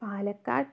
Palakkad